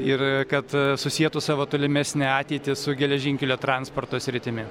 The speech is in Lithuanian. ir kad susietų savo tolimesnę ateitį su geležinkelio transporto sritimi